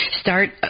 start